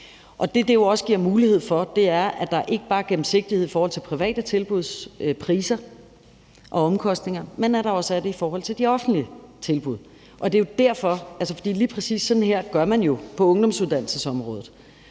det jo også giver mulighed for, er, at der ikke bare er gennemsigtighed i forhold til private tilbuds priser og omkostninger, men at der også er det i forhold til de offentlige tilbud. Lige præcis sådan her gør man på ungdomsuddannelsesområdet,